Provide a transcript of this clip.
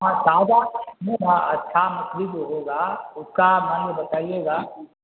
ہاں تازہ اچھا مچھلی جو ہوگا اس کا یہ بتائیے گا